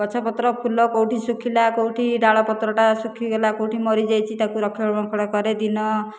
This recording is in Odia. ଗଛପତ୍ର ଫୁଲ କେଉଁଠି ଶୁଖିଲା କେଉଁଠି ଡାଳପତ୍ରଟା ଶୁଖିଗଲା କେଉଁଠି ମରିଯାଇଛି ତାକୁ ରକ୍ଷଣାବେକ୍ଷଣ କରେ ଦିନ